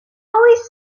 oes